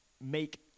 make